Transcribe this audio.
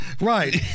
Right